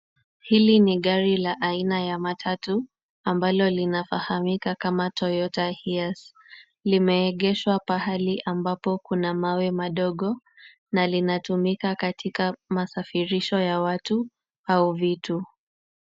Hili ni gari la aina ya matatu ambalo linafahamika kama Toyota Hiace. Limeegeshwa pahali ambapo kuna mawe madogo na linatumika katika masafirisho ya watu au vitu.